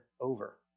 over